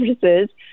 services